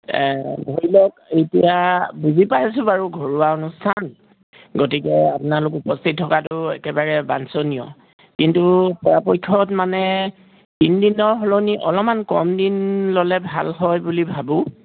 ধৰি লওক এতিয়া বুজি পাইছোঁ বাৰু ঘৰুৱা অনুষ্ঠান গতিকে আপোনালোক উপস্থিত থকাটো একেবাৰে বাঞ্চনীয় কিন্তু পৰাপক্ষত মানে তিনিদিনৰ সলনি অলপমান কম দিন ল'লে ভাল হয় বুলি ভাবোঁ